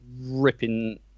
ripping